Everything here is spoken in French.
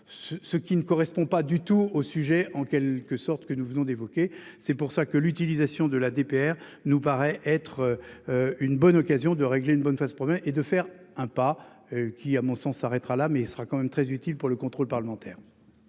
ce qui ne correspond pas du tout au sujet en quelle que sorte que nous venons d'évoquer. C'est pour ça que l'utilisation de la DPR nous paraît être. Une bonne occasion de régler une bonne fois ce problème et de faire un pas qui à mon sens s'arrêtera là. Mais il sera quand même très utile pour le contrôle parlementaire.